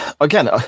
again